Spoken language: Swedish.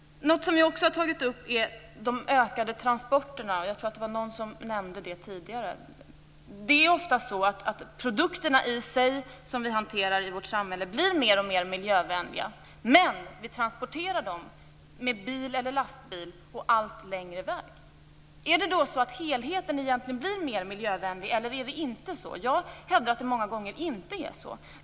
Något vi också har tagit upp är de ökade transporterna. Någon nämnde det tidigare i debatten. Produkterna i sig blir ofta mer och mer miljövänliga, men vi transporterar dem med bil eller lastbil och allt längre väg. Är det då så att helheten egentligen blir miljövänlig, eller är det inte så? Jag hävdar att det många gånger inte är så.